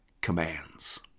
commands